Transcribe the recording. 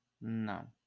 No